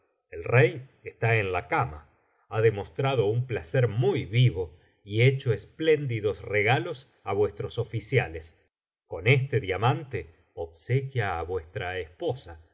el rey está en la cama ha demostrado un placer muy vivo y hecho espléndidos regalos á vuestros oficiales con este diamante obsequia á vuestra esposa